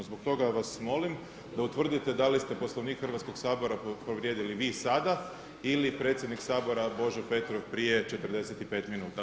Zbog toga vas molim da utvrdite da li ste Poslovnik Hrvatskog sabora povrijedili vi sada ili predsjednik Sabora Božo Petrov prije 45 minuta.